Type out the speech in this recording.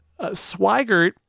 Swigert